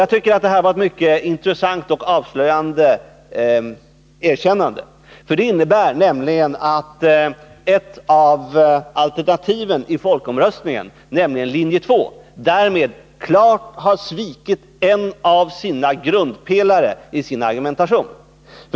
Jag tycker att det här var ett mycket intressant och avslöjande erkännande. Det innebär nämligen att ett av alternativen i folkomröstningen, nämligen linje 2, därmed klart har svikit en av grundpelarna i sin argumentation.